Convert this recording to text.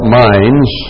minds